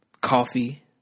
coffee